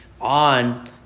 on